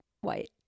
White